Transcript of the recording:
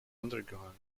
undergone